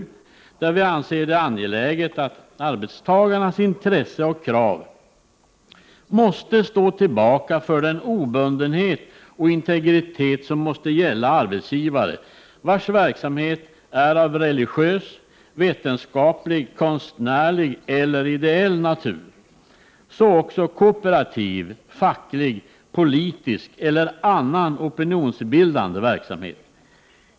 I reservation nr 7 framhåller vi det vara angeläget att arbetstagarnas intressen och krav får stå tillbaka för den obundenhet och integritet som måste gälla för arbetsgivare vars verksamhet är av religiös, vetenskaplig, konstnärlig eller ideell natur. Det gäller också kooperativ, facklig, politisk eller annan opinionsbildande verksamhet.